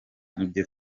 ibyo